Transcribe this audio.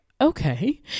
okay